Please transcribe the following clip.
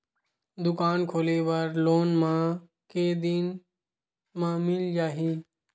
दुकान खोले बर लोन मा के दिन मा मिल जाही?